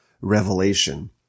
revelation